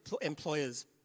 employers